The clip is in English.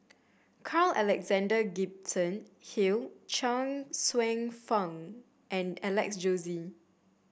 Carl Alexander Gibson Hill Chuang Hsueh Fang and Alex Josey